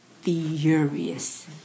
furious